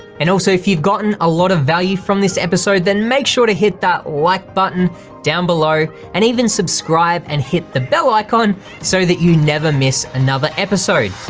and also if you've gotten a lot of value from this episode then make sure to hit that like button down below and even subscribe and hit the bell icon so that you never miss another episode.